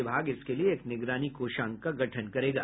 विभाग इसके लिए एक निगरानी कोषांग का गठन करेगा